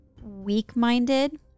weak-minded